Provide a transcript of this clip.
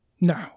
No